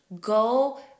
go